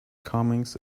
comings